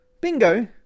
bingo